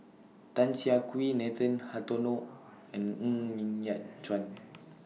Tan Siah Kwee Nathan Hartono and Ng Yat Chuan